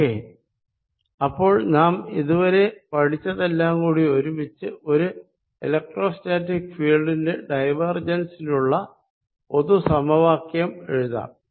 okay അപ്പോൾ നാം ഇതുവരെ പഠിച്ചതെല്ലാം കൂടി ഒരുമിച്ച് ഒരു എലെക്ട്രോസ്റ്റാറ്റിക് ഫീൽഡിന്റെ ഡൈവേർജൻസിനുള്ള പൊതു സമവാക്യം എഴുതാം